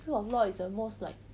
school of law is the most like